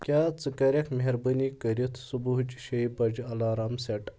کیاہ ژٕ کَریکھ مہربٲنی کٔرِتھ صُبحٕچہِ شےٚ بَجہِ الارام سیٚٹ